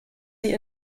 sie